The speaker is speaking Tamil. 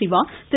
சிவா திரு